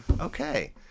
okay